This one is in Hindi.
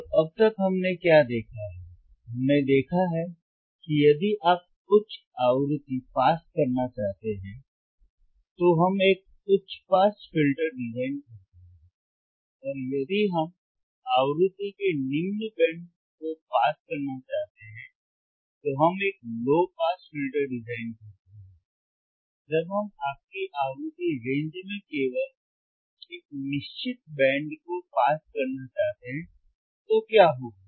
तो अब तक हमने क्या देखा है हमने देखा है कि यदि आप उच्च आवृत्ति पास करना चाहते हैं तो हम एक उच्च पास फिल्टर डिजाइन करते हैं और यदि हम आवृत्ति के निम्न बैंड को पास करना चाहते हैं तो हम एक लो पास फिल्टर डिजाइन करते हैं जब हम आपकी आवृत्ति रेंज में केवल एक निश्चित बैंड को पास करना चाहते हैं तो क्या होगा